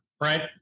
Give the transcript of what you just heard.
Right